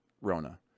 rona